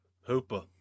Hooper